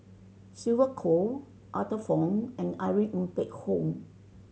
Sylvia Kho Arthur Fong and Irene Ng Phek Hoong